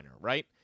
right